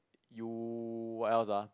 you what else ah